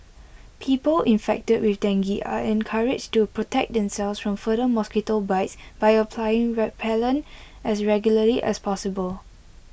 people infected with dengue are encouraged to protect themselves from further mosquito bites by applying repellent as regularly as possible